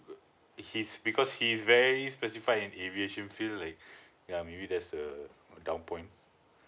his because he is very specify in aviation field like yeah maybe that's a down point